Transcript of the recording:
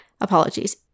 apologies